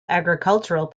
agricultural